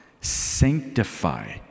sanctify